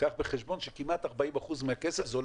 כך בחשבון שכמעט 40% מהכסף זה עולה